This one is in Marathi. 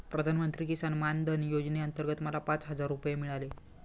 प्रधानमंत्री किसान मान धन योजनेअंतर्गत मला पाच हजार रुपये मिळाले